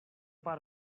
pár